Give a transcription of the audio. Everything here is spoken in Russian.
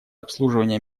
обслуживание